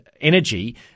energy